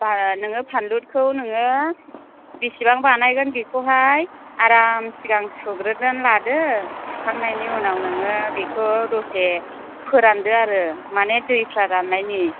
बारा नोङो बानलुखौ नोङो बिसिबां बानायगोन बेखौहाय आराम सिगां सुग्रोना लादो सुखांनायनि उनाव नोङो बेखौ दसे फोरानदो आरो माने दैफ्रा राननायनि